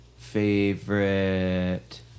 Favorite